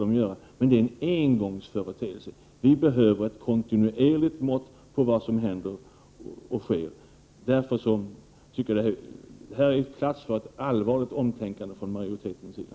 Det är en engångsföreteelse, men vi behöver ett kontinuerligt mått på vad som händer och sker. Här är plats för ett allvarligt omtänkande från majoritetens sida.